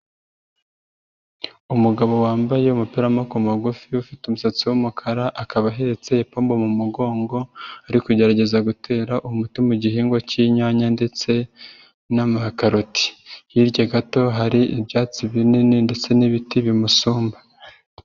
Umugabo wambaye umupira w'amaboko mugufi ufite umusatsi w'umukara, akaba ahetse ipomba mu mugongo ari kugerageza gutera umuti mu gihingwa cy'inyanya ndetse n'amakaroti, hirya gato hari ibyatsi binini ndetse n'ibiti bimusumba.